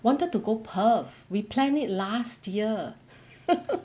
wanted to go perth we planned it last year